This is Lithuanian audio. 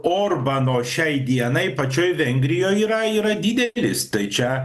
orbano šiai dienai pačioj vengrijoj yra yra didelis tai čia